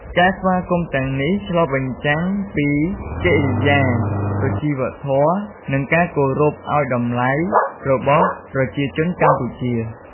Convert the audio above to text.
ការស្វាគមន៍ទាំងនេះ ឆ្លុះបញ្ចាំងពី កិរិយា សុជីវធម៍ និងការគោរពអោយតម្លៃ របស់ប្រជាជនកម្ពុជា។